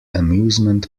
amusement